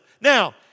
Now